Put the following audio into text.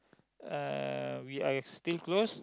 uh we are still close